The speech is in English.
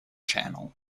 channel